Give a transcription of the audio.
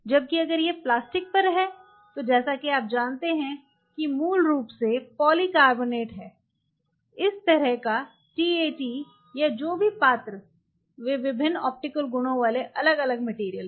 जबकि अगर यह एक प्लास्टिक पर है जो जैसा कि आप जानते हैं मूल रूप से पॉलीकार्बोनेट है इस तरह का TAT या जो भी पात्र वे विभिन्न ऑप्टिकल गुणों वाले अलग अलग मटेरियल हैं